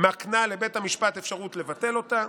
מקנה לבית המשפט אפשרות לבטל אותה.